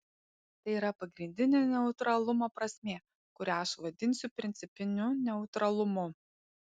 tai yra pagrindinė neutralumo prasmė kurią aš vadinsiu principiniu neutralumu